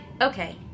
okay